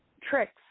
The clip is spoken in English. tricks